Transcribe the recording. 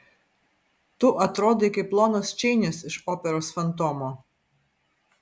tu atrodai kaip lonas čeinis iš operos fantomo